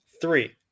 three